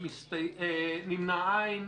הצבעה בעד, 5 נגד, 6 לא אושרה.